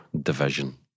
Division